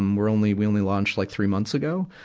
um we're only, we only launched like three months ago.